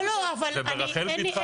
זה ברחל ביתך הקטנה.